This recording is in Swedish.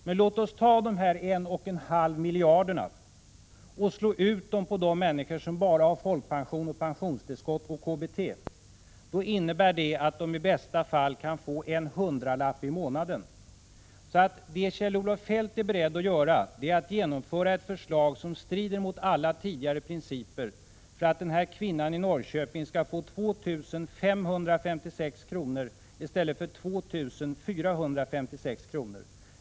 Men låt oss slå ut dessa 1,5 miljarder på de människor som har bara folkpension, pensionstillskott och KBT! Det innebär att de i bästa fall kan få en hundralapp mer i månaden. Det Kjell-Olof Feldt är beredd att göra är att genomföra ett förslag som strider mot alla tidigare principer för att den här kvinnan i Norrköping skall få 2 556 kr. i stället för 2 456 kr.